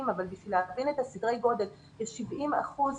- אבל כדי להבין את סדרי הגודל ויש 70 אחוזים